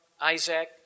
Isaac